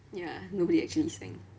ya nobody actually sang